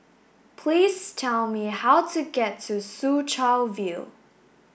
please tell me how to get to Soo Chow View